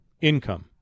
Income